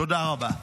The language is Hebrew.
תודה רבה.